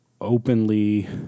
openly